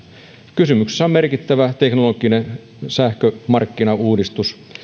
kysymyksessä on merkittävä teknologinen sähkömarkkinauudistus